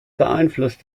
beeinflusst